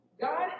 God